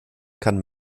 kann